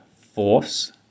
Force